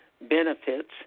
benefits